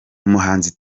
umuhanzi